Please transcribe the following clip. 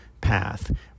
path